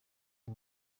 uri